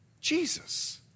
Jesus